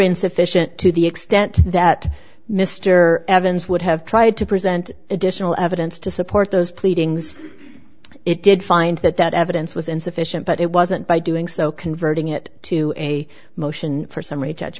insufficient to the extent that mr evans would have tried to present additional evidence to support those pleadings it did find that that evidence was insufficient but it wasn't by doing so converting it to a motion for s